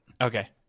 Okay